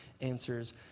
answers